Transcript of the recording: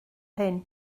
hyn